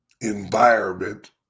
environment